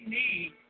need